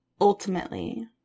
ultimately